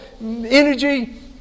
energy